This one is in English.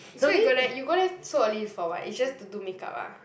so you go there you go there so early is for what is just to do makeup ah